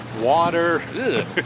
Water